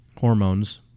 hormones